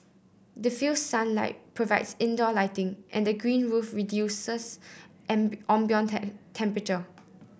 diffused sunlight provides indoor lighting and the green roof reduces ambient temperature